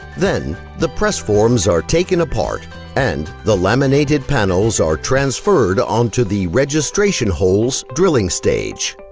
then, the press forms are taken apart and the laminated panels are transferred onto the registration holes drilling stage.